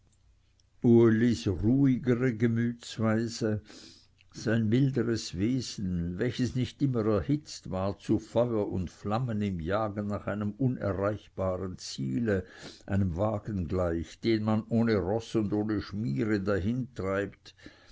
ruhigere gemütsweise sein milderes wesen welches nicht immer erhitzt war zu feuer und flammen im jagen nach einem unerreichbaren ziele einem wagen gleich den man ohne roß und ohne schmiere dahintreibt